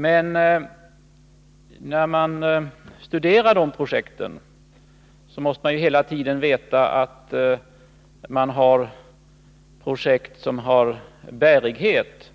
Men när man studerar olika projekt måste man hela tiden veta om det är fråga om projekt som har bärighet.